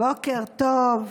בוקר טוב,